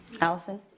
Allison